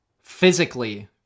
physically